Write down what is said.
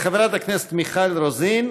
חברת הכנסת מיכל רוזין,